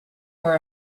for